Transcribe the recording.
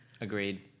Agreed